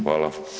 Hvala.